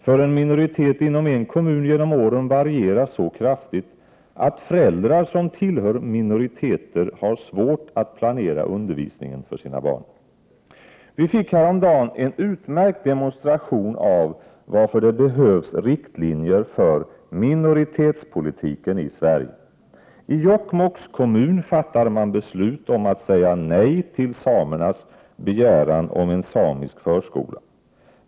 för en minoritet inom en kommun genom åren variera så kraftigt att föräldrar som tillhör minoriteter har svårt att planera undervisningen för sina barn. Vi fick häromdagen en utmärkt demonstration av varför det behövs riktlinjer för minoritetspolitiken i Sverige. I Jokkmokks kommun fattades beslut om att säga nej till samernas begäran om en samisk förskola.